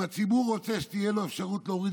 אם הציבור רוצה שתהיה לו אפשרות להוריד